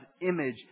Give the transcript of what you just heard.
image